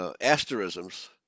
Asterisms